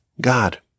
God